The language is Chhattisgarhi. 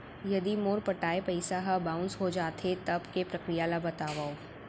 यदि मोर पटाय पइसा ह बाउंस हो जाथे, तब के प्रक्रिया ला बतावव